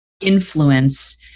influence